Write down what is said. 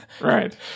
Right